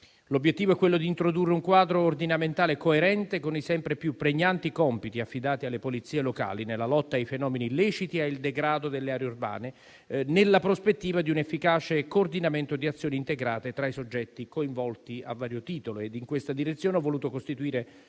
L'obiettivo è quello di introdurre un quadro ordinamentale coerente con i sempre più pregnanti compiti affidati alle polizie locali nella lotta ai fenomeni illeciti e al degrado delle aree urbane, nella prospettiva di un efficace coordinamento di azioni integrate tra i soggetti coinvolti a vario titolo. In questa direzione ho voluto costituire,